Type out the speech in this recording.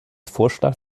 vorschlag